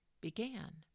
began